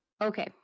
Okay